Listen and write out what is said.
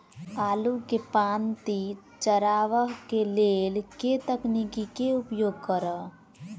आलु केँ पांति चरावह केँ लेल केँ तकनीक केँ उपयोग करऽ?